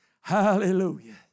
Hallelujah